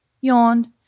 yawned